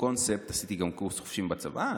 עשיתי גם קורס חובשים בצבא,